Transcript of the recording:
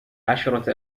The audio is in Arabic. عشرة